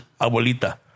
abuelita